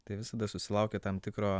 tai visada susilaukia tam tikro